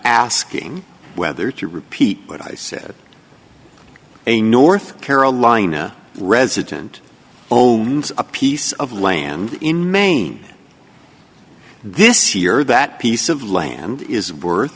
asking whether to repeat what i said a north carolina resident owns a piece of land in maine this year that piece of land is worth